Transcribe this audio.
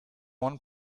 one